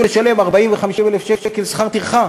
לשלם 40,000 ו-50,000 שקל שכר טרחה,